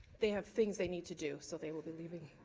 they have things they need to do, so they will be leaving.